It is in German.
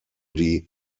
die